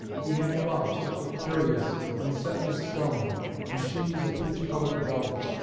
he had gloves, that were curious and set with stone and shoes of peach-coloured velvet.